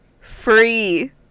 free